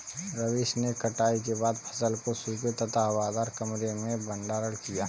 रवीश ने कटाई के बाद फसल को सूखे तथा हवादार कमरे में भंडारण किया